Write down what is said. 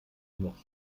noch